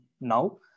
now